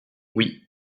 oui